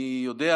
אני יודע